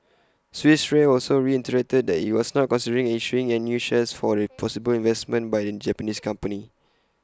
Swiss re also reiterated that IT was not considering issuing and new shares for the possible investment by the Japanese company